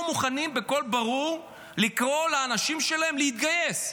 מוכנים בקול ברור לקרוא לאנשים שלהם להתגייס.